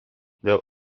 dėl